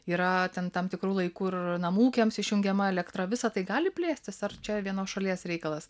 yra ten tam tikru laiku ir namų ūkiams išjungiama elektra visa tai gali plėstis ar čia vienos šalies reikalas